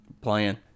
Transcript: playing